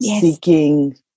seeking